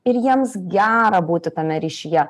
ir jiems gera būti tame ryšyje